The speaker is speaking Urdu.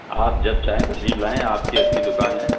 آپ جب چاہے تشریف لائیں آپ کی اپنی دکان ہے